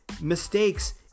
mistakes